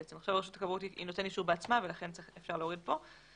עכשיו רשות הכבאות היא נותן אישור בעצמה ולכן אפשר להוריד כאן.